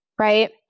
right